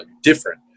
different